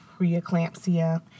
preeclampsia